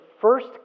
first